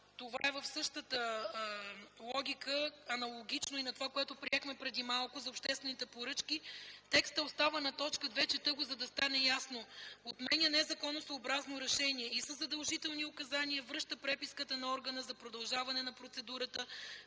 Това е в същата логика. Аналогично и на това, което приехме преди малко за обществените поръчки. Текстът на т. 2 остава – чета го, за да стане ясно: „2. отменя незаконосъобразно решение и със задължителни указания връща преписката на органа за продължаване на процедурата